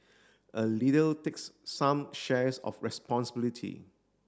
a leader takes some shares of responsibility